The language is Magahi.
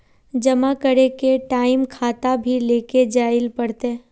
जमा करे के टाइम खाता भी लेके जाइल पड़ते?